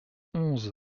onze